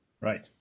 Right